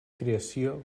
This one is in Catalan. creació